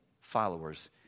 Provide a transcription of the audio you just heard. followers